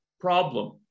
problem